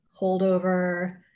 holdover